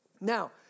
Now